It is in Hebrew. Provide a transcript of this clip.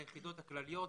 ולהשתלב ביחידות הכלליות,